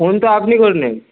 phone তো আপনি করলেন